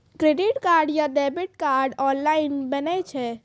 Credit card या debit card online बनै छै?